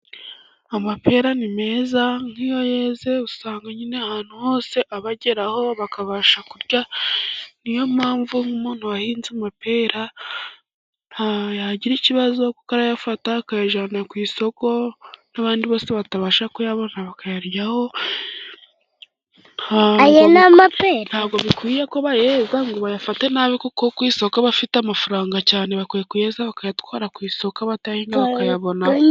Amapera ni meza nk'iyo yeze usanga nyine ahantu hose abageraho bakabasha kurya. Ni yo mpamvu umuntu wahinze amapera ntiyagira ikibazo, kuko arayafata akayajyana ku isoko, n'abandi bose batabasha kuyabona bakayaryaho, nta bwo bikwiye ko bayeza ngo bayafate nabi kuko ku isoko aba afite amafaranga cyane. Bakwiye kuyeza bakayatwara ku isoko abatayahinga bakayabonaho.